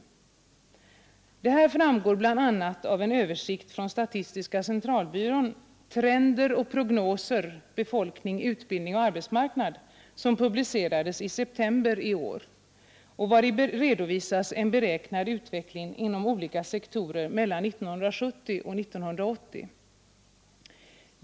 Detta framgår bl.a. av en översikt från statistiska centralbyrån. Trender och prognoser — befolkning, utbildning och arbetsmarknad, som publicerades i september i år och vari redovisas en beräknad utveckling inom olika sektorer mellan 1970 och 1980.